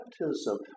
baptism